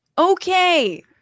Okay